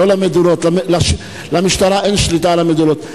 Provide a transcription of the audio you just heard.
לא למדורות, למשטרה אין שליטה על המדורות.